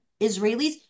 Israelis